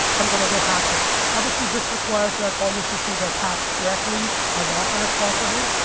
i'm going to go hack this. obviously, this requires that all your systems are patched correctly as often as possible,